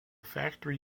factory